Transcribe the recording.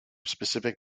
specific